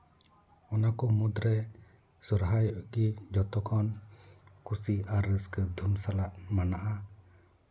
ᱚᱱᱟ ᱠᱚ ᱢᱩᱫᱽᱨᱮ ᱥᱚᱦᱨᱟᱭᱜᱤ ᱡᱚᱛᱚᱠᱷᱚᱱ ᱠᱩᱥᱤ ᱟᱨ ᱨᱟᱹᱥᱠᱟᱹ ᱫᱷᱩᱢ ᱥᱟᱞᱟᱜ ᱢᱟᱱᱟᱜᱼᱟ